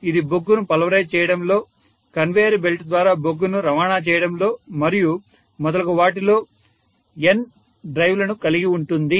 ఇది బొగ్గును పల్వరైజ్ చేయడంలో కన్వేయర్ బెల్ట్ ద్వారా బొగ్గును రవాణా చేయడంలో మరియు మొదలగు వాటిలో n డ్రైవ్లను కలిగి ఉంటుంది